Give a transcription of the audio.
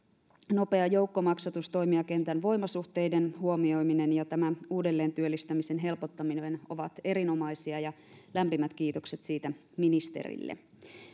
nopea joukkomaksatus toimijakentän voimasuhteiden huomioiminen ja tämä uudelleentyöllistämisen helpottaminen ovat erinomaisia ja lämpimät kiitokset siitä ministerille